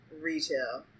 retail